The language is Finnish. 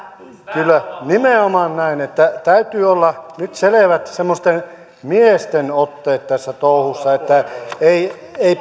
kyllä nimenomaan näin että täytyy olla nyt selvät semmoiset miesten otteet tässä touhussa että ei ei